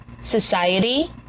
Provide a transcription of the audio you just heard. society